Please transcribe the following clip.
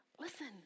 Listen